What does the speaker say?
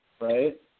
Right